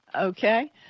Okay